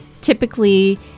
typically